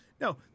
No